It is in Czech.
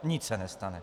Nic se nestane.